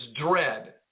dread